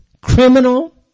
criminal